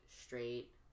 straight